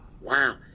Wow